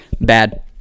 bad